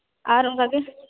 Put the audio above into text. ᱟᱨ ᱚᱱᱠᱟ ᱜᱮ